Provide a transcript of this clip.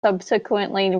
subsequently